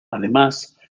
además